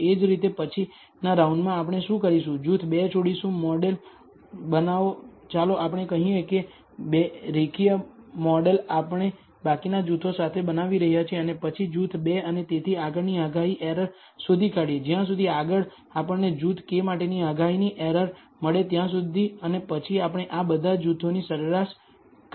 એ જ રીતે પછીનાં રાઉન્ડમાં આપણે શું કરીશું જૂથ 2 છોડીશું મોડેલ બનાવો ચાલો આપણે કહીએ કે રેખીય મોડેલ આપણે બાકીના જૂથો સાથે બનાવી રહ્યા છીએ અને પછી જૂથ 2 અને તેથી આગળની આગાહી એરર શોધી કાઢીએ જ્યાં સુધી આગળ આપણને જૂથ K માટેની આગાહીની એરર મળે ત્યાં સુધી અને પછી આપણે આ બધા જૂથોની સરેરાશ કરીએ છીએ